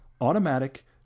automatic